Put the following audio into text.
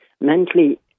mentally